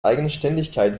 eigenständigkeit